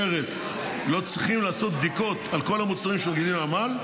שלפיה לא צריך לעשות בדיקות על כל המוצרים שמביאים מהנמל,